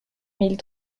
mille